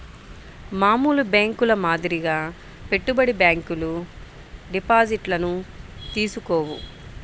మామూలు బ్యేంకుల మాదిరిగా పెట్టుబడి బ్యాంకులు డిపాజిట్లను తీసుకోవు